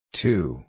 two